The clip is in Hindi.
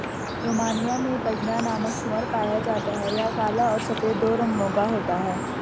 रोमानिया में बजना नामक सूअर पाया जाता है यह काला और सफेद दो रंगो का होता है